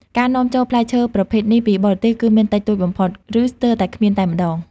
ការនាំចូលផ្លែឈើប្រភេទនេះពីបរទេសគឺមានតិចតួចបំផុត ឬស្ទើរតែគ្មានតែម្តង។